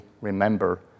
remember